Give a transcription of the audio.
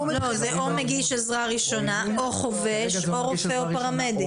זה או מגיש עזרה ראשונה או חובש או רופא או פרמדיק.